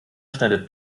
schneidet